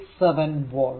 67 volt